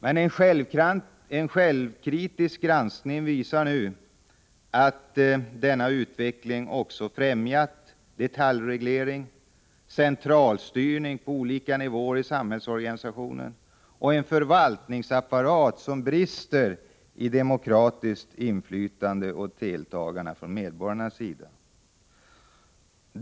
Men en självkritisk granskning visar nu att denna utveckling också främjat detaljreglering, centralstyrning på olika nivåer i samhällsorganisationen och en förvaltningsapparat som brister i demokratiskt inflytande och deltagande från medborgarnas sida.